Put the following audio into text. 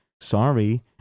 sorry